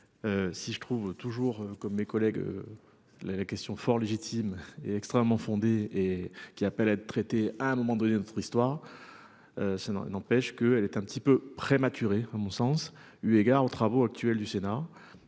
Si je trouve toujours comme mes collègues. La la question fort légitimes et extrêmement fondé et qui appelle à être traiter à un moment donné, notre histoire. Ça n'empêche que elle est un petit peu prématuré à mon sens, eu égard aux travaux actuels du Sénat